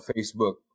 Facebook